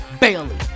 Bailey